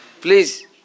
please